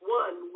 one